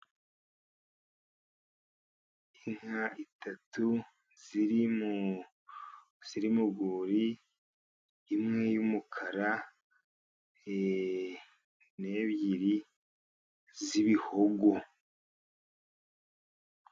Inka eshatu ziri mu rwuri, imwe y'umukara n'ebyiri z'ibihogo.